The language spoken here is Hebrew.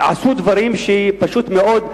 עשו דברים שפשוט מאוד,